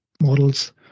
models